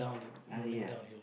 I ya